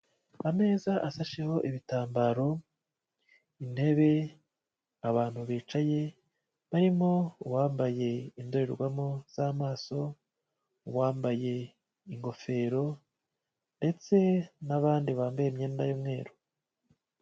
Ameza asasheho ibitambaro, intebe, abantu bicaye barimo uwambaye indorerwamo z'amaso, uwambaye ingofero ndetse n'abandi bambaye imyenda y'umweru.